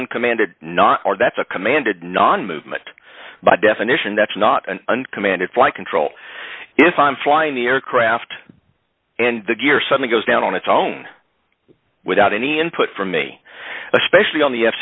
uncommanded not that's a commanded non movement by definition that's not an uncommanded flight control if i'm flying the aircraft and the gear suddenly goes down on it's own without any input from me especially on the f